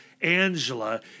Angela